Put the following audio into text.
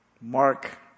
Mark